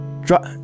Drop